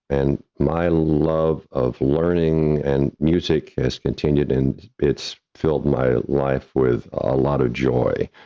and my love of learning and music has continued and it's filled my life with a lot of joy.